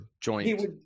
joint